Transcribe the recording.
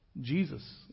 Jesus